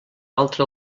altra